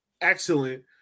excellent